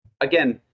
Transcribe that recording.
Again